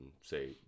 say